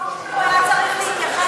לגידי אורשר הוא היה צריך להתייחס?